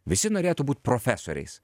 visi norėtų būt profesoriais